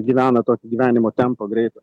gyvena tokį gyvenimo tempą greitą